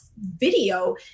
video